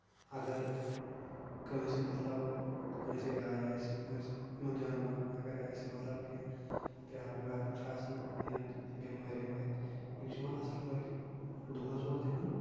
اَگر کٲنٛسہِ مطلب کٲنٛسہِ گایہِ آسہِ یِمن جانوارن اَگر آسہِ مطلب کیٚنٛہہ پرابلِم وابلِم چھِ آسان کیٚنٛہہ بیٚمٲرۍ ویٚمٲرۍ یِم چھِ یِمَن اَصٕل پٲٹھۍ ڈوز ووز دِوان